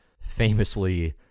famously